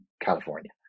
California